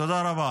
תודה רבה.